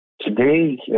Today